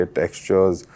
textures